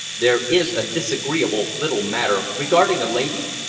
there is a disagreeable little matter regarding a lady,